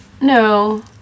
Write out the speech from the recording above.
no